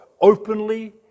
openly